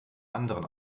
anderen